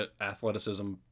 athleticism